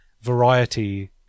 variety